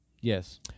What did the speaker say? Yes